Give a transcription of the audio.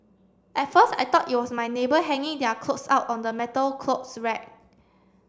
at first I thought it was my neighbour hanging their clothes out on the metal clothes rack